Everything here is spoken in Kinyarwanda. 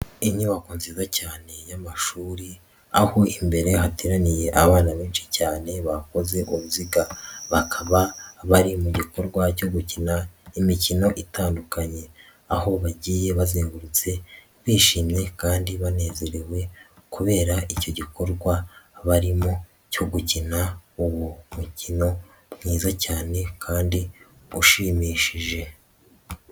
Inyubako nziza cyane y'amashuri, aho imbere hateraniye abana benshi cyane bakoze uruziga. Bakaba bari mu gikorwa cyo gukina imikino itandukanye. Aho bagiye bazengurutse, bishimye kandi banezerewe kubera icyo gikorwa barimo cyo gukina uwo mukino mwiza cyane kandi ushimishije.